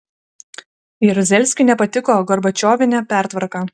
jaruzelskiui nepatiko gorbačiovinė pertvarka